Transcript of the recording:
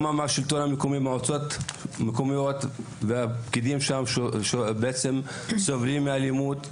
גם השלטון המקומי והמועצות המקומיות והפקידים שם סובלים מאלימות,